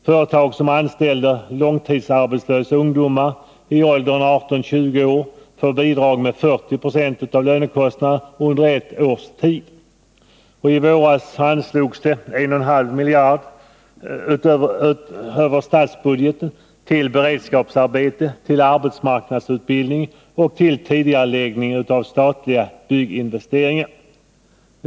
Företag som anställer långtidsarbetslösa ungdomar i åldern 18-20 år får bidrag med 40 26 av lönekostnaden under ett års tid. I våras anslogs det 1,5 miljarder kronor över statsbudgeten till beredskapsarbete, arbetsmarknadsutbildning och tidigareläggning av statliga bygginvesteringar.